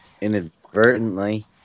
inadvertently